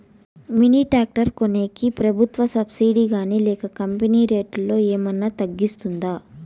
Mini tractor కొనేకి ప్రభుత్వ subsidy గాని లేక కంపెని రేటులో ఏమన్నా తగ్గిస్తుందా?